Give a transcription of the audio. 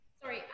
Sorry